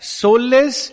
soulless